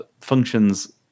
functions